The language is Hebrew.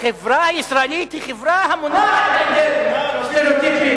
החברה הישראלית היא חברה המונעת מסטריאוטיפים,